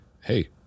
hey